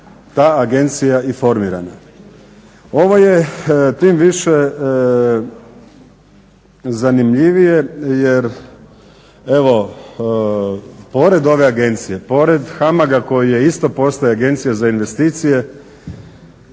ta agencija i formirana? Ovo je tim više zanimljivije jer evo pored ove agencije pored HAMAG-a koji isto postao agencija za investicije